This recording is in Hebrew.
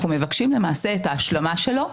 אנחנו מבקשים למעשה את ההשלמה שלו,